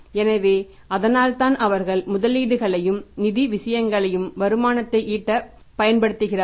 எனவே அதனால்தான் அவர்கள் முதலீடுகளையும் நிதி விஷயங்களையும் வருமானத்தை ஈட்ட பயன்படுத்துகிறார்கள்